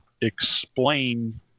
explain